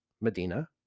Medina